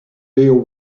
leo